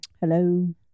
hello